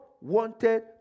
wanted